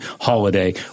holiday